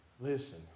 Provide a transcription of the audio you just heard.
listen